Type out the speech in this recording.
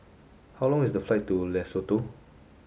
how long is the flight to Lesotho